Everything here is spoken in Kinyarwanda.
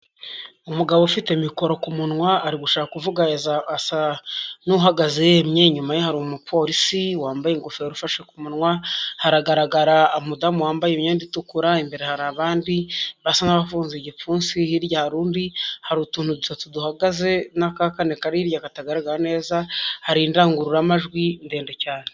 Umugabo ufite mikoro ku munwa, ari gushaka kuvuga asa n'uhagaze yemye, inyuma hari umupolisi wambaye ingofero ufashe ku munwa, haragaragara umudamu wambaye imyenda itukura, imbere hari abandi basa n'avunze igipfunsi, hirya harundi, hari utuntu dutatu duhagaze, n'aka kane kariya katagaragara neza, hari indangururamajwi ndende cyane.